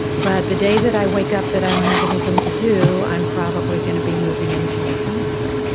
but the day that i wake up that i don't have anything to do, i'm probably going to be moving into a cemetery